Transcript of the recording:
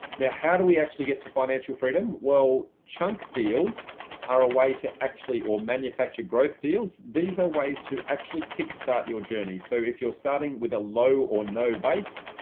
now, how do we actually get to financial freedom? chunk deals are a way to actually or manufacture growth deals, these are ways to actually kick start your journey. so if you're starting with a low or no base,